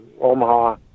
Omaha